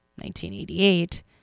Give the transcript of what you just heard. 1988